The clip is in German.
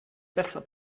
besser